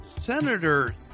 Senator